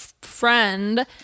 friend